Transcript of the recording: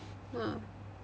ya